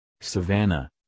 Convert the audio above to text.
savannah